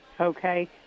Okay